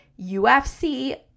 ufc